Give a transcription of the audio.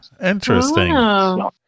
interesting